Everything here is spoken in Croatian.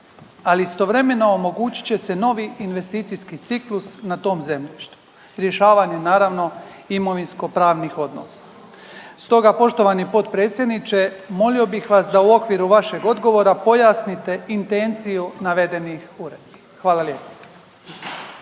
ali istovremeno omogućit će se novi investicijski ciklus na tom zemljištu i rješavanje naravno imovinskopravnih odnosa. Stoga poštovani potpredsjedniče, molio bih vas da u okviru vašeg odgovora pojasnite intenciju navedenih uredbi? Hvala lijepo.